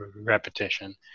repetition